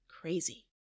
crazy